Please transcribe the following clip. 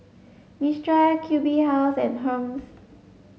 Mistral Q B House and Hermes